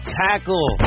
tackle